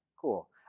cool